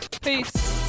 Peace